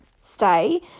stay